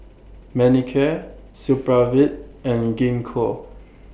Manicare Supravit and Gingko